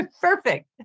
perfect